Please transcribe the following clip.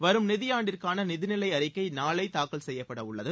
வரும் நிதியாண்டிற்கான நிதிநிலை அறிக்கை நாளை தாக்கல் செய்யப்படவுள்ளது